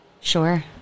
Sure